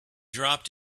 dropped